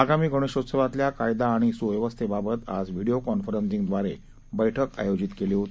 आगामी गणेशोत्सवातल्या कायदा आणि सुव्यवस्थेबाबत आज व्हिडिओ कॉन्फरन्सिंगद्वारे बैठक आयोजित केली होती